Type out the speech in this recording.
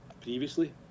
previously